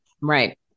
Right